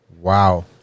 Wow